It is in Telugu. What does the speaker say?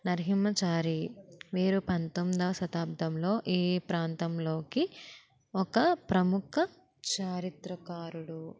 నరహిమ్మచారి మీరు పంతొమ్మిదొవ శతాబ్దంలో ఏ ప్రాంతంలోకి ఒక ప్రముఖ చారిత్రకారుడు